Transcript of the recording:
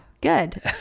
good